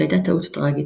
שהייתה טעות טראגית,